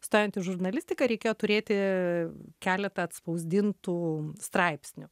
stojant į žurnalistiką reikėjo turėti keletą atspausdintų straipsnių